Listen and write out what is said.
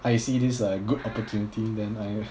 I see this is a good opportunity then I